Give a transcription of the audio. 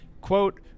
quote